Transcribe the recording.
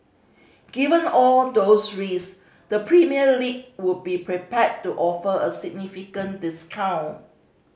given all those risk the Premier League would be prepared to offer a significant discount